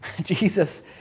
Jesus